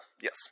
yes